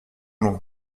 long